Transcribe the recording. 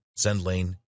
SendLane